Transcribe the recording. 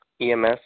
EMS